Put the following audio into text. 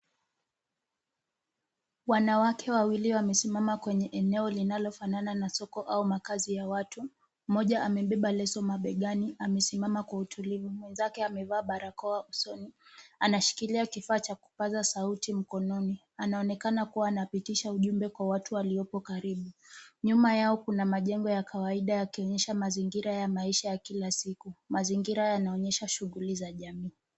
Wanawake wawili wamesimama kwenye eneo linalofanana na soko au makazi ya watu. Mmoja amebeba leso mabegani, amesimama kwa utulivu. Mwenzake amevaa barakoa anashikilia kifaa cha kupaza sauti mkononi. Anaonekana kuwa anapitisha ujumbe kwa watu waliopo karibu. Nyuma yao kuna majengo ya kawaida yakionyesha mazingira ya maisha ya kila siku, mazingira yanaonyesha shughuli za jamii.